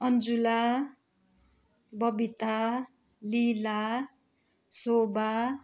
Anjula Babita Lila Shobha